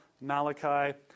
Malachi